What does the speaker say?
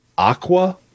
Aqua